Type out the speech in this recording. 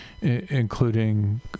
including